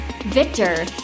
Victor